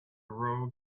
rogue